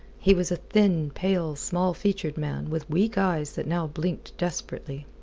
he was a thin, pale, small-featured, man with weak eyes that now blinked desperately.